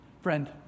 Friend